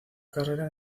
carrera